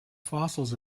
fossils